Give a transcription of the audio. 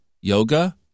Yoga